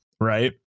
right